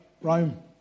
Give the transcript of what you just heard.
Rome